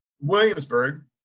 Williamsburg